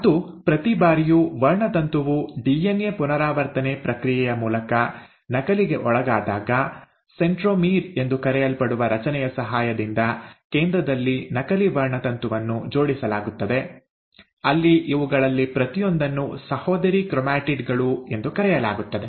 ಮತ್ತು ಪ್ರತಿ ಬಾರಿಯೂ ವರ್ಣತಂತುವು ಡಿಎನ್ಎ ಪುನರಾವರ್ತನೆ ಪ್ರಕ್ರಿಯೆಯ ಮೂಲಕ ನಕಲಿಗೆ ಒಳಗಾದಾಗ ʼಸೆಂಟ್ರೊಮೀರ್ ʼ ಎಂದು ಕರೆಯಲ್ಪಡುವ ರಚನೆಯ ಸಹಾಯದಿಂದ ಕೇಂದ್ರದಲ್ಲಿ ನಕಲಿ ವರ್ಣತಂತುವನ್ನು ಜೋಡಿಸಲಾಗುತ್ತದೆ ಅಲ್ಲಿ ಇವುಗಳಲ್ಲಿ ಪ್ರತಿಯೊಂದನ್ನು ʼಸಹೋದರಿ ಕ್ರೊಮ್ಯಾಟಿಡ್ ʼಗಳು ಎಂದು ಕರೆಯಲಾಗುತ್ತದೆ